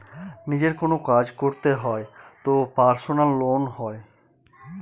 নিজের কোনো কাজ করতে হয় তো পার্সোনাল লোন হয়